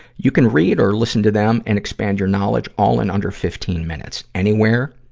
you can read or listen to them and expand your knowledge, all in under fifteen minutes. anywhere,